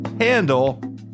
handle